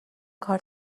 کار